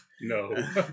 No